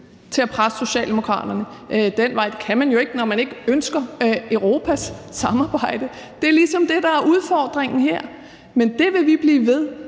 til at presse Socialdemokraterne den vej. Det kan man jo ikke, når man ikke ønsker Europas samarbejde. Det er ligesom det, der er udfordringen her. Men det vil vi blive ved